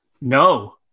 No